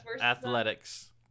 Athletics